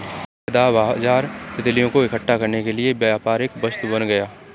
वायदा बाजार तितलियों को इकट्ठा करने के लिए व्यापारिक वस्तु बन गया